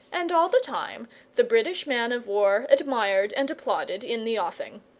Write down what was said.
and all the time the british-man-of-war admired and applauded in the offing.